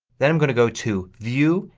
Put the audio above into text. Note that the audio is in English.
then i'm going to go to view,